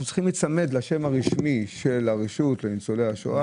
צריכים להיצמד לשם הרשמי של הרשות לניצולי השואה.